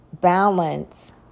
balance